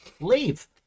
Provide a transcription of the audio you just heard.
leave